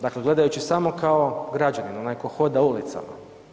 Dakle, gledajući samo kao građanin onaj tko hoda ulicom.